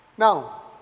Now